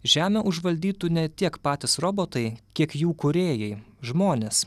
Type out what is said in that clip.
žemę užvaldytų ne tiek patys robotai kiek jų kūrėjai žmonės